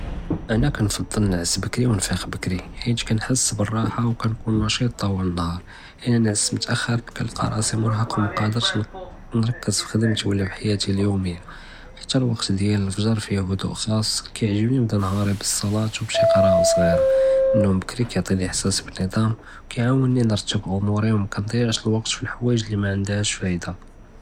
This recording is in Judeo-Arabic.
אנה כּנפדּל ננעס בּכּרי וּנפִיק בּכּרי, חִית כּנחס בּאלראחה וּכּנכון נשׁיט טוּאל אלנהאר, אִלא נעסת מתאאח'ּר כּנלקּא ראסי מרהק וּמקּאדרש נרכּ נרכּז פְּח'דמתִי וּלא פִי חְיַאתִי אליּוֹמִיָה, חתא אלוקּת דִיאַל אלפג'ר פִיה הדוּאֵ ח'אס כּיַעזבּנִי נבּדּא נהארִי בּאלצּלאה וּבשִי קְּראאַ סְגִ'ירָה, אננום בּכּרי כּיַעטִינִי אלאִחְסאס בּאלנִט'אם כּיַעוּנִי נרתּבּ אומוּרי וּמכּנְדִיעשׁ אלוקּת פּלחְואַיג' לִי מענדהאש פאאִדָה.